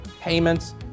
payments